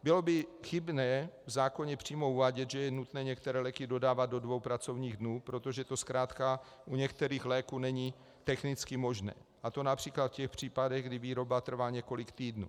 Bylo by chybné v zákoně přímo uvádět, že je nutné některé léky dodávat do dvou pracovních dnů, protože to zkrátka u některých léků není technicky možné, a to například v těch případech, kdy výroba trvá několik týdnů.